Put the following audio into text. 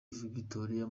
victoria